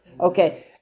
Okay